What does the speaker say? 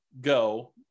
go